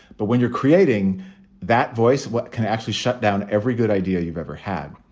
but when you're creating that voice, what can actually shut down every good idea you've ever had?